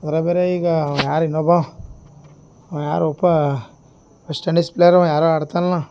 ಅದ್ರಾಗೆ ಬೇರೆ ಈಗ ಅವ್ನು ಯಾರು ಇನ್ನೊಬ್ಬವ ಅವ ಯಾರು ಒಪ್ಪಾ ವೆಸ್ಟ್ ಇಂಡೀಸ್ ಪ್ಲೇಯರ್ ಅವ ಯಾರೊ ಆಡ್ತನಲ್ಲ